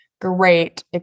great